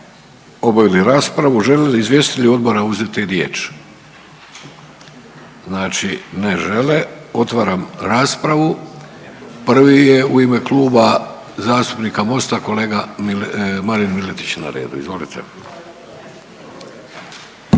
obavili raspravu. Žele li izvjestitelji odbora uzeti riječ? Znači ne žele, otvaram raspravu. Prvi je u ime Kluba zastupnika MOST-a kolega Marin Miletić na redu. Izvolite.